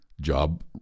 job